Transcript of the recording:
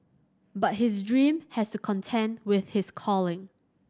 but his dream has to contend with his calling